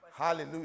Hallelujah